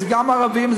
גם זה ערבים,